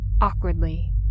awkwardly